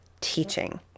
teaching